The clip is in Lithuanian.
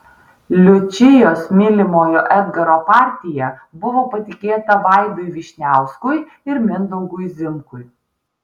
liučijos mylimojo edgaro partija buvo patikėta vaidui vyšniauskui ir mindaugui zimkui